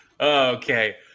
okay